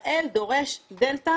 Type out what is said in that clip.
לישראל דורש דלתא